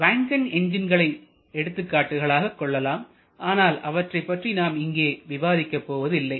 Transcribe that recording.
வேன்கல் என்ஜின்களை எடுத்துக்காட்டுகளாக கொள்ளலாம் ஆனால் அவற்றைப் பற்றி நாம் இங்கே விவாதிக்கப் போவதில்லை